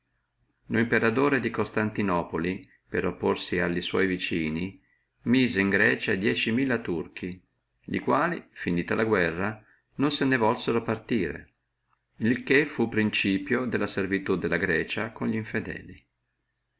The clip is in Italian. imperatore di costantinopoli per opporsi alli sua vicini misse in grecia diecimila turchi li quali finita la guerra non se ne volsono partire il che fu principio della servitù di grecia con li infedeli